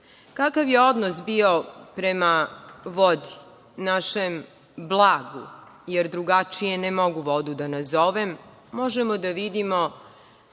život. Kakav je odnos bio prema vodi, našem blagu, jer drugačije ne mogu vodu da nazovem, možemo da vidimo